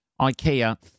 Ikea